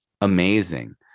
amazing